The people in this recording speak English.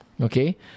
okay